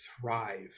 thrive